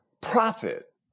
profit